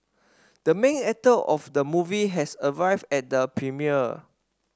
the main actor of the movie has arrived at the premiere